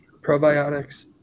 probiotics